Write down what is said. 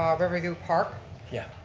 um riverview park yup,